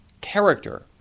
character